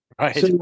Right